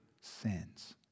sins